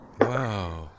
Wow